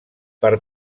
per